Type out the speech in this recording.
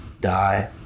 die